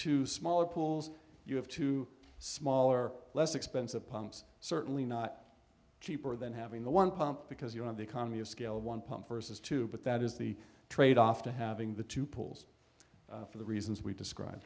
two smaller pools you have two smaller less expensive pumps certainly not cheaper than having the one pump because you want the economy of scale of one pump versus two but that is the trade off to having the two pools for the reasons we describe